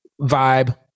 vibe